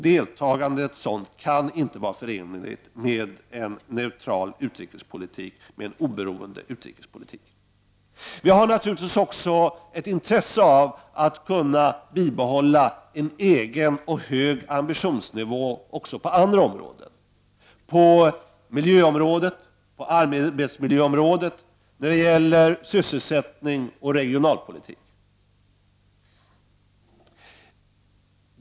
Deltagandet i sådant kan inte vara förenligt med en neutral och oberoende utrikespolitik. Vi har naturligvis också ett intresse av att kunna bibehålla en egen och hög ambitionsnivå på andra områden — på miljöområdet, arbetsmiljöområdet och när det gäller sysselsättning och regionalpolitik.